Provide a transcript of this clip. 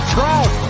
Trout